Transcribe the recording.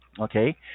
okay